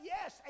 Yes